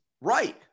Right